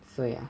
so ya